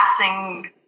passing